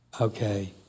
okay